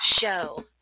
show